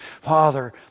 Father